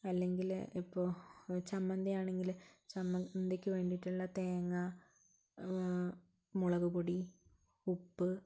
അല്ലെങ്കിൽ ഇപ്പോൾ ചമ്മന്തി ആണെങ്കിൽ ചമ്മന്തിക്ക് വേണ്ടിയിട്ടുള്ള തേങ്ങ മുളകുപൊടി ഉപ്പ്